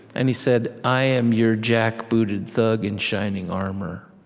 and he said, i am your jackbooted thug in shining armor.